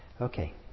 Okay